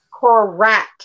correct